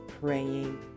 praying